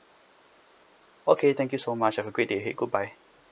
okay thank you so much have a great day ahead goodbye